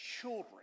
children